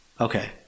Okay